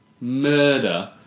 murder